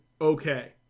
okay